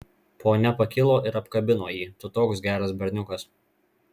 ponia pakilo ir apkabino jį tu toks geras berniukas